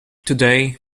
today